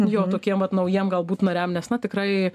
jo tokiem vat naujiem galbūt nariam nes na tikrai